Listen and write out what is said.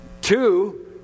Two